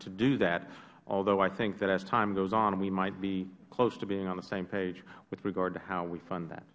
to do that although i think that as time goes on we might be close to being on the same page with regard to how we fund that